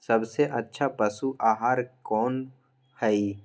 सबसे अच्छा पशु आहार कोन हई?